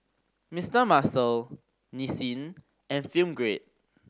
Mister Muscle Nissin and Film Grade